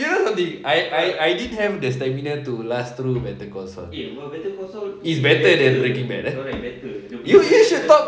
you know something I I didn't have the stamina to last through better call saul is better than breaking bad eh you you should talk